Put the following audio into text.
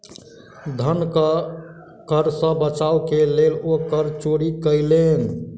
धन कर सॅ बचाव के लेल ओ कर चोरी कयलैन